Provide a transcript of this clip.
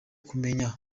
kumenyana